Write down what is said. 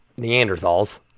Neanderthals